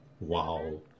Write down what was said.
Wow